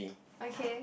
okay